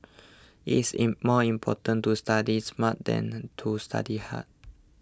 it is more important to study smart than to study hard